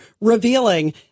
revealing